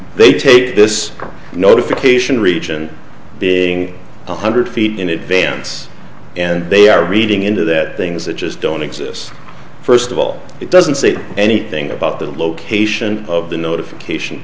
they take this notification region being one hundred feet in advance and they are reading into that things that just don't exist first of all it doesn't say anything about the location of the notification